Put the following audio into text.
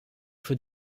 für